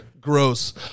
gross